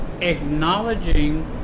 acknowledging